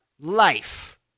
life